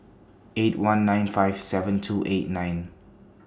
eight one nine five seven two eight nine